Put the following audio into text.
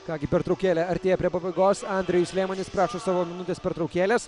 ką gi pertraukėlė artėja prie pabaigos andrejus liemonis prašo savo minutės pertraukėlės